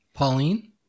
Pauline